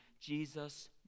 Jesus